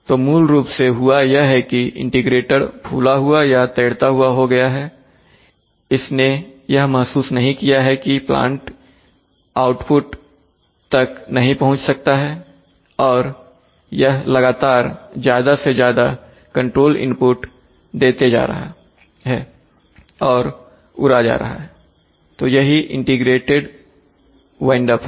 तो मूल रूप से हुआ यह है कि इंटीग्रेटर फूला हुआ या तैरता हुआ हो गया हैइसने यह महसूस नहीं किया है कि प्लांट इस आउटपुट नहीं पहुंच सकता है और यह लगातार ज्यादा से ज्यादा कंट्रोल इनपुट देते जा रहा है और उड़ा जा रहा है तो यही इंटीग्रेटेड विंड अप है